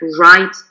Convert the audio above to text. right